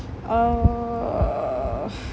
err